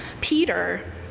Peter